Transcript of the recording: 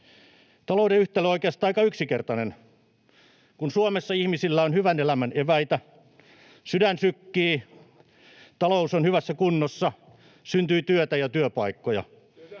Talouden yhtälö on oikeastaan aika yksinkertainen: kun Suomessa ihmisillä on hyvän elämän eväitä, sydän sykkii, talous on hyvässä kunnossa, syntyy työtä ja työpaikkoja.